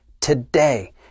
today